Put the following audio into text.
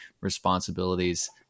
responsibilities